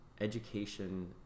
education